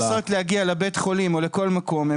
ואז כשהם באים לנסות להגיע לבית חולים או לכל מקום הם